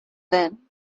then